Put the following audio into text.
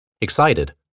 Excited